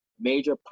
major